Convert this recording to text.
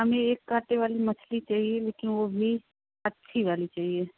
हमें एक कांटे वाली मछली चाहिए लेकिन वह भी अच्छी वाली चाहिए